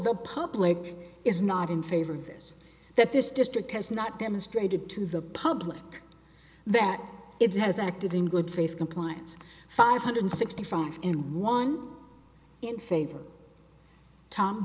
the public is not in favor of this that this district has not demonstrated to the public that it has acted in good faith compliance five hundred sixty five and one in favor tom